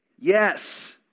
Yes